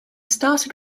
started